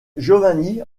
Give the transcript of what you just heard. giovanni